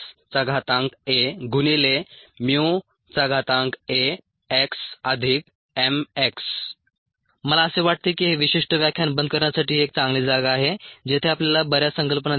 rS1YxSAAxmx मला असे वाटते की हे विशिष्ट व्याख्यान बंद करण्यासाठी ही एक चांगली जागा आहे जेथे आपल्याला बर्याच संकल्पना दिसल्या